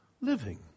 living